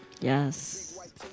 Yes